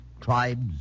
tribes